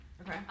Okay